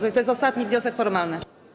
I to jest ostatni wniosek formalny.